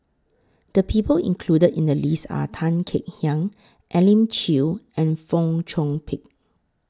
The People included in The list Are Tan Kek Hiang Elim Chew and Fong Chong Pik